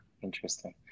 Interesting